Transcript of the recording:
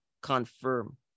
Confirm